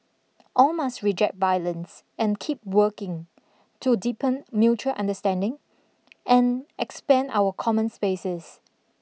all must reject violence and keep working to deepen mutual understanding and expand our common spaces